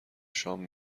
شام